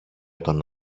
τον